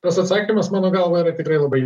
tas atsakymas mano galva yra tikrai labai